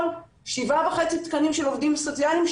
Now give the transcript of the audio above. שבעה וחצי תקנים של עובדים סוציאליים,